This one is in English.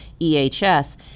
EHS